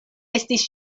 estis